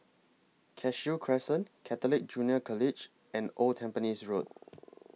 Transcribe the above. Cashew Crescent Catholic Junior College and Old Tampines Road